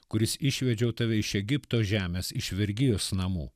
kuris išvedžiau tave iš egipto žemės iš vergijos namų